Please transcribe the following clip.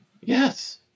Yes